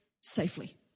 safely